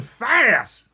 fast